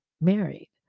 married